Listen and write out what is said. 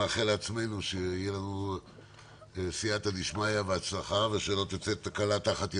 אני מאחל לעצמנו שיהיה לנו סיעתא דשמיא והצלחה ושלא תצא תקלה תחת ידינו.